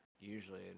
Usually